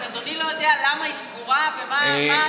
אז אדוני לא יודע למה היא סגורה ומה התנאים התקציביים?